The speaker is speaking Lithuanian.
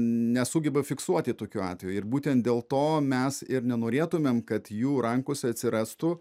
nesugeba fiksuoti tokių atvejų būtent dėl to mes ir nenorėtumėm kad jų rankose atsirastų